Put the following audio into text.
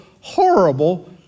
horrible